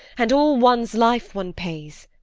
and all one's life one pays.